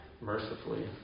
mercifully